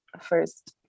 First